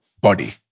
body